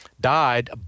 died